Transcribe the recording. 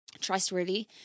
trustworthy